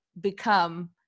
become